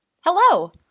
Hello